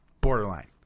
borderline